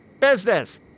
business